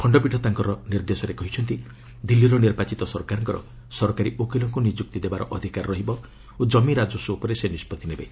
ଖଣ୍ଡପୀଠ ତାଙ୍କର ନିର୍ଦ୍ଦେଶରେ କହିଛନ୍ତି ଦିଲ୍ଲୀର ନିର୍ବାଚିତ ସରକାରଙ୍କର ସରକାରୀ ଓକିଲଙ୍କୁ ନିଯୁକ୍ତି ଦେବାର ଅଧିକାର ରହିବ ଓ କମି ରାକସ୍ୱ ଉପରେ ସେ ନିଷ୍ପଭି ନେବେ